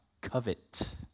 covet